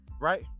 right